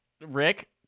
Rick